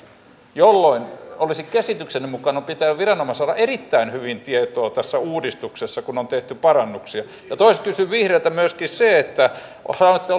jolloin olisi käsitykseni mukaan pitänyt viranomaisilla olla erittäin hyvin tietoa tässä uudistuksessa kun on tehty parannuksia ja toiseksi kysyn vihreiltä myöskin sitä että kun sanotte